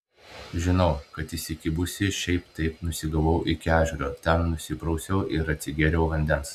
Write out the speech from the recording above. žinau kad įsikibusi šiaip taip nusigavau iki ežero ten nusiprausiau ir atsigėriau vandens